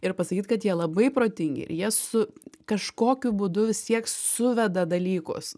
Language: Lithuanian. ir pasakyt kad jie labai protingi ir jie su kažkokiu būdu vis tiek suveda dalykus